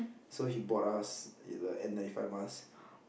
so he bought us the N-ninety-five mask